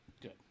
Good